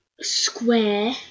square